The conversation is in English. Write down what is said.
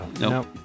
Nope